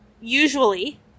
usually